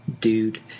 dude